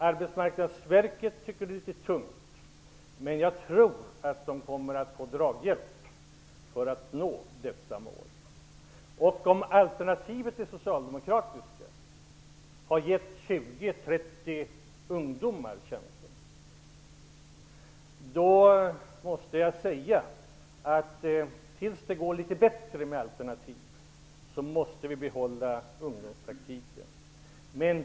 Arbetsmarknadsverket tycker att det är litet tungt, men jag tror att man kommer att få draghjälp för att kunna nå detta mål. Om det socialdemokratiska alternativet har gett 20--30 ungdomar chansen måste jag säga att tills vi har bättre alternativ måste vi behålla ungdomspraktiken.